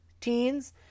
teens